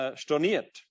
storniert